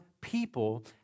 people